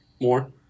more